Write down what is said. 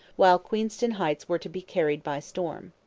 while queenston heights were to be carried by storm.